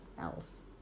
else